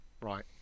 Right